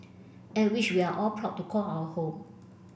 and which we are all proud to call our home